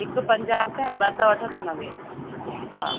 हिक पंजाहु रुपए ॿ था वठो त नवें रुपए हा